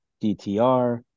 DTR